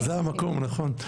זה המקום נכון.